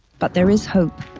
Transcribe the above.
but there is hope,